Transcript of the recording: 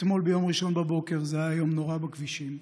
אתמול, ביום ראשון בבוקר, שהיה יום נורא בכבישים,